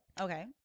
okay